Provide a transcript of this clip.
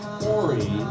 Corey